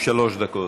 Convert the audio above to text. שלוש דקות.